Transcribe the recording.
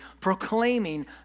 proclaiming